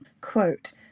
Quote